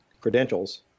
credentials